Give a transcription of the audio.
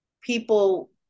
people